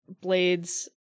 blades